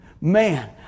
Man